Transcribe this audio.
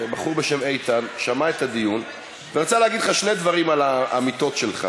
בחור בשם איתן שמע את הדיון ורצה להגיד לך שני דברים על האמיתות שלך.